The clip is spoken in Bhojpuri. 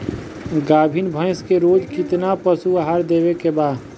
गाभीन भैंस के रोज कितना पशु आहार देवे के बा?